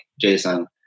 Jason